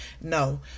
No